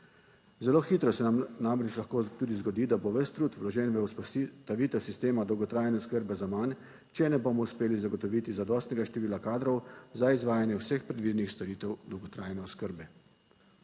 Zelo hitro se nam namreč lahko tudi zgodi, da bo ves trud vložen v vzpostavitev sistema dolgotrajne oskrbe zaman, če ne bomo uspeli zagotoviti zadostnega števila kadrov za izvajanje vseh predvidenih storitev dolgotrajne oskrbe.